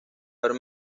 haber